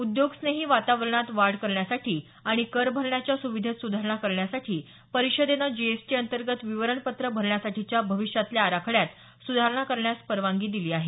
उद्योगस्नेही वातावरणात वाढ करण्यासाठी आणि कर भरण्याच्या सुविधेत सुधारणा करण्यासाठी परिषदेनं जीएसटीअंतर्गत विवरणपत्र भरण्यासाठीच्या भविष्यातल्या आराखड्यात सुधारणा करण्यास परवानगी दिली आहे